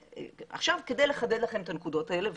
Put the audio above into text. עכשיו כדי לחדד לכם את הנקודות האלה,